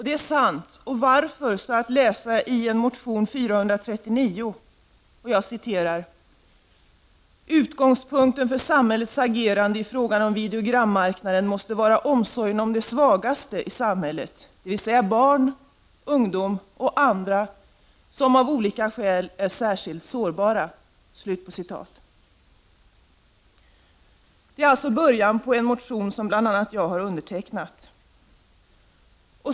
Det är sant, och anledningen till detta förhållande kan man läsa om i motion K439: 155 ”Utgångspunkten för samhällets agerande i fråga om videogrammarknaden måste vara omsorgen om de svagaste i samhället, d.v.s. barn, ungdom och andra, som av olika skäl kan väntas vara särskilt sårbara.” Så börjar en motion som bl.a. jag har undertecknat.